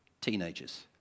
teenagers